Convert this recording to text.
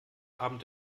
abend